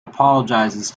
apologizes